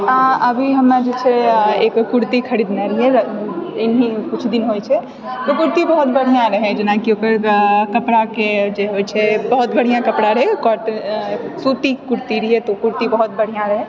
अऽ अभी हम्मे जे छै एक कुर्ती खरीदने रहियै इन्ही कुछ दिन होइ छै ओ कुर्ती बहुत बढ़िया रहै जेना कि ओकर कपड़ाके जे होइ छै बहुत बढ़िया कपड़ा रहै कोट सूती कुर्ती रहै तऽ ऊ कुर्ती बहुत बढ़िया रहै